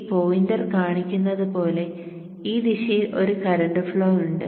ഈ പോയിന്റർ കാണിക്കുന്നത് പോലെ ഈ ദിശയിൽ ഒരു കറന്റ് ഫ്ലോ ഉണ്ട്